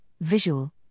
visual